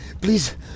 please